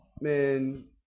men